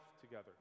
together